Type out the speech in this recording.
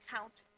Count